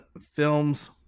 films